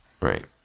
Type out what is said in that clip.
Right